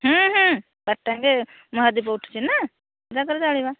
ବାରଟା ଯାଙ୍କେ ମହାଦୀପ ଉଠୁଛି ନା ଜାଗର ଜାଳିବା